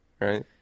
right